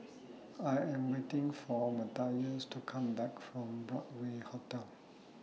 I Am waiting For Mathias to Come Back from Broadway Hotel